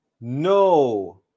No